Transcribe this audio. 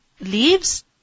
leaves